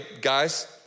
guys